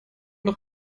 doch